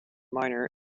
minor